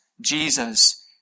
Jesus